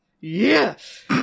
Yes